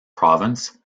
province